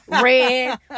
red